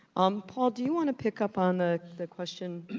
um paul, do you wanna pick up on the the question?